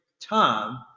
time